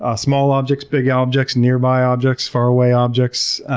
ah small objects, big objects, nearby objects, far away objects.